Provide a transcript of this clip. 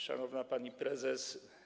Szanowna Pani Prezes!